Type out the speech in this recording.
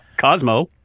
Cosmo